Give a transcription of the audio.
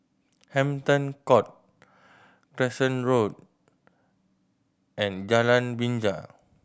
Hampton Court Crescent Road and Jalan Binja